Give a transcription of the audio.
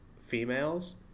females